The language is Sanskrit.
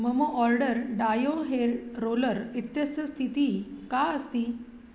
मम आर्डर् डायो हेर् रोलर् इत्यस्य स्थितिः का अस्ति